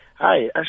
Hi